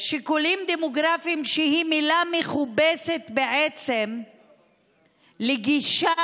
דמוגרפיים" היא מילה מכובסת בעצם לגישה